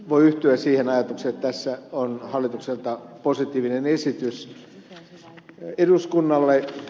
voi yhtyä siihen ajatukseen että tässä on hallitukselta positiivinen esitys eduskunnalle